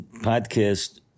podcast